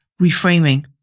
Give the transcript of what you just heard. reframing